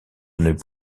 une